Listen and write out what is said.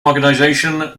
organization